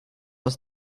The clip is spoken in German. aus